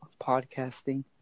podcasting